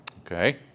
Okay